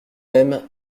mêmes